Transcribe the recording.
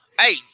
Hey